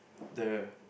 the